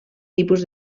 tipus